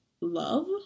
love